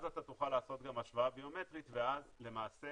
אז תוכל לעשות גם השוואה ביומטרית ואז למעשה